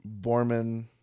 Borman